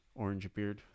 Orangebeard